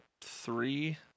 three